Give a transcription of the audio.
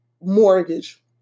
mortgage